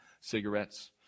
cigarettes